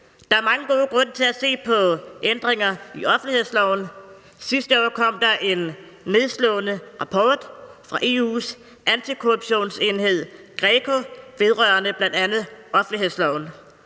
Der er mange gode grunde til at se på ændringer i offentlighedsloven. Sidste år kom der en nedslående rapport fra EU's antikorruptionsenhed GRECO vedrørende bl.a. offentlighedsloven,